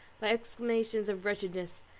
by exclamations of wretchedness.